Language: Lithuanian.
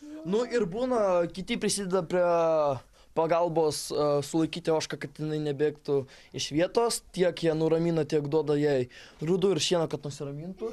nu ir būna kiti prisideda prie pagalbos sulaikyti ožką kad jinai nebėgtų iš vietos tiek ją nuramina tiek duoda jai grūdų ir šieno kad nusiramintų